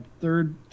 third